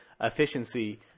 efficiency